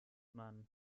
man